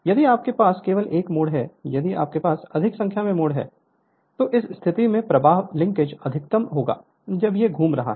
यदि आपके पास केवल एक मोड़ है यदि आपके पास अधिक संख्या में मोड़ हैं तो इस स्थिति में प्रवाह लिंकेज अधिकतम होगा जब यह घूम रहा है